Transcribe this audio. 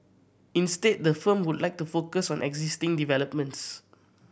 instead the firm would like to focus on existing developments